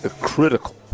critical